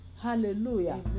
Hallelujah